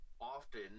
often